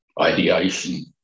ideation